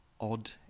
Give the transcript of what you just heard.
odd